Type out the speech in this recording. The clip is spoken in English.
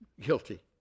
guilty